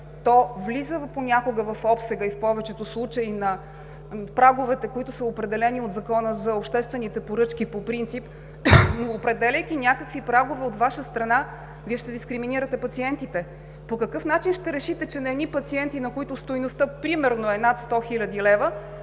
то влиза понякога в обсега и в повечето случаи на праговете, които са определени от Закона за обществените поръчки по принцип, но определяйки някакви прагове от Ваша страна, Вие ще дискриминирате пациентите. По какъв начин ще решите, че на едни пациенти, на които стойността примерно е над 100 хил. лв.,